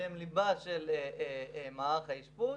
שהם ליבו של מערך האשפוז,